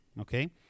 okay